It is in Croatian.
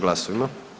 Glasujmo.